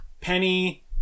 Penny